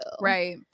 right